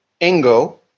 Engo